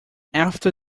after